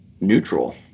neutral